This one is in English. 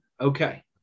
Okay